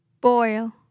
Boil